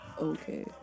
Okay